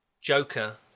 Joker